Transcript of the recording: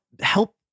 help